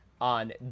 on